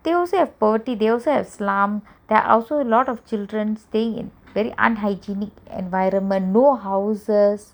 they also have poverty they also have slums there are also lots of childrens staying in unhygienic environments no houses